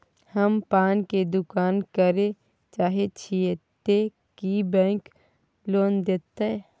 हम पान के दुकान करे चाहे छिये ते की बैंक लोन देतै?